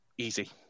easy